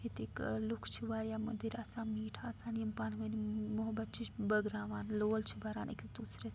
ییٚتِکۍ ٲں لوٗکھ چھِ واریاہ مٔدٕرۍ آسان میٖٹھۍ آسان یِم پانہٕ وٲنۍ محبت چھِ بٲگراوان لول چھِ بھران أکِس دوٗسرِس